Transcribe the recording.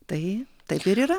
tai taip ir yra